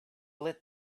lit